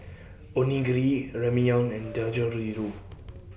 Onigiri Ramyeon and Dangoriru